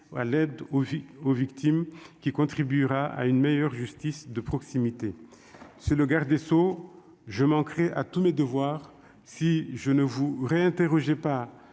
à l'aide aux victimes- cette hausse contribuera à une meilleure justice de proximité. Monsieur le garde des sceaux, je manquerais à tous mes devoirs si je ne vous réinterrogeais pas